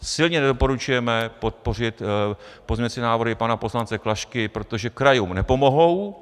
Silně nedoporučujeme podpořit pozměňující návrhy pana poslance Klašky, protože krajům nepomohou.